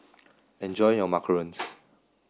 enjoy your Macarons